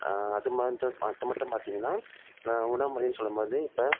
அது மட்டும் அது மட்டும் பார்த்திங்கன்னா உணவு முறைனு சொல்லும்போது இப்போ